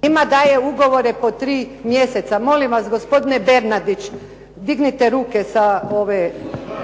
čuje se./… ugovore po tri mjeseca. Molim vas gospodine Bernardić, dignite ruke,